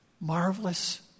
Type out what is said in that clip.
marvelous